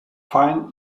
fine